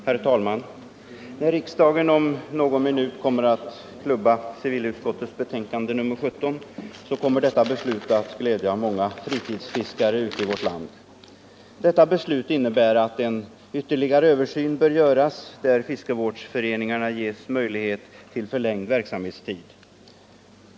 Herr talman! När riksdagen om någon minut kommer att klubba civilutskottets betänkande nr 17 kommer detta beslut att glädja många fritidsfiskare ute i vårt land. Beslutet innebär att en ytterligare översyn skall göras, varigenom fiskevårdsföreningarna ges möjlighet till förlängd verksamhetstid.